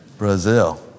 Brazil